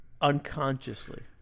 Unconsciously